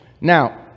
Now